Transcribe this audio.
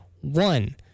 one